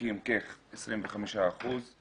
מועסקים כ-25 אחוזים